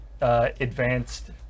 Advanced